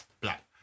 Black